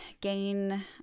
gain